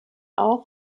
auch